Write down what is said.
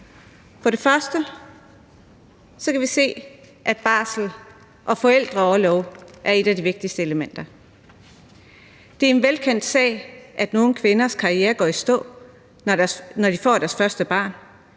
For det første kan vi se, at barsel og forældreorlov er nogle af de vigtigste elementer. Det er en velkendt sag, at nogle kvinders karriere går i stå, når de får deres første barn,